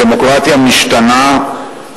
הדמוקרטיה משתנה,